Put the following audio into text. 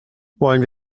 wollen